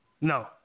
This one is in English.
No